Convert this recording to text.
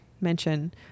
mention